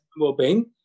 well-being